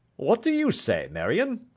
what do you say, marion